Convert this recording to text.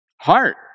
Heart